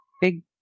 big